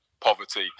poverty